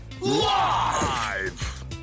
Live